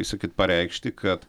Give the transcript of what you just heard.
kaip sakyt pareikšti kad